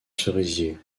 cerisier